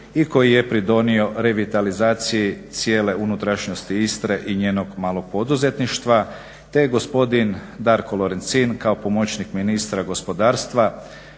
i koji je pridonio revitalizaciji cijele unutrašnjosti Istre i njenog malog poduzetništva te gospodin Darko Lorencin kao pomoćnik ministra gospodarstva,